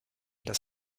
das